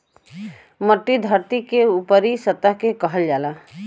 मट्टी धरती के ऊपरी सतह के कहल जाला